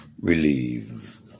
relieve